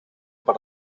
per